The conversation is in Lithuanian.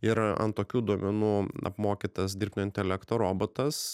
ir ant tokių duomenų apmokytas dirbtinio intelekto robotas